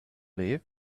live